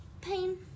pain